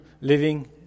Living